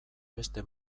beste